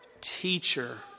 teacher